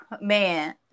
man